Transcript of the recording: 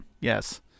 yes